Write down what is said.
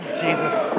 Jesus